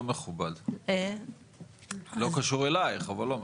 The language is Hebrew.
לא מכובד, לא קשור אלייך אבל לא מכובד.